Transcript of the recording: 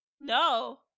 No